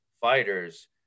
fighters